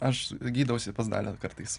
aš gydausi pas dalią kartais